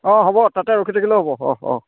অঁ হ'ব তাতে ৰখি থাকিলও হ'ব অঁ অঁ